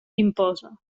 imposa